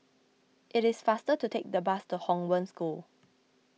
it is faster to take the bus to Hong Wen School